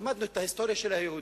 למדנו את ההיסטוריה של היהודים,